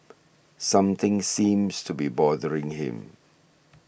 something seems to be bothering him